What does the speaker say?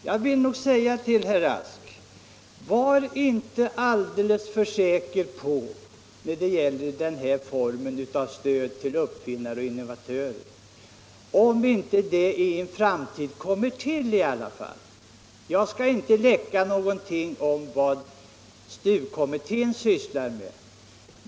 Jag vill säga till herr Rask att han inte skall vara så säker på att inte denna form av stöd till uppfinnare och innovatörer i alla fall kommer i en framtid. Jag skall inte läcka något om vad STU-kommittén sysslar med.